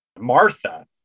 Martha